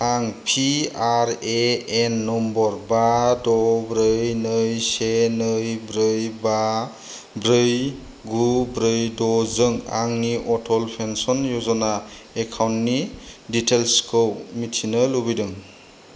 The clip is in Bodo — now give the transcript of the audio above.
आं P R A N number बा द' ब्रै नै से नै ब्रै बा ब्रै गु ब्रै द'जों आंनि अटल पेन्सन य'जना एकाउन्टनि डिटेइल्सखौ मिथिनो लुबैदों